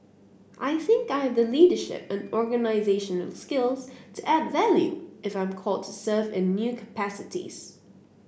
I think I have the leadership and organisational skills to add value if I'm called to serve in new capacities